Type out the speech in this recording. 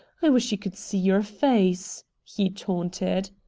i wish you could see your face, he taunted.